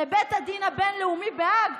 לבית הדין הבין-לאומי בהאג,